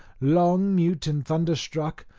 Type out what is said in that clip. long mute and thunderstruck,